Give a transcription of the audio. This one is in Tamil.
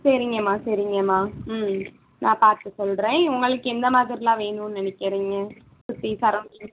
சரிங்கமா சரிங்கமா ம் நான் பார்த்து சொல்கிறேன் உங்களுக்கு எந்த மாதிரியெலாம் வேணும்னு நினைக்குறீங்க சுற்றி சரௌண்டிங்